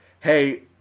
hey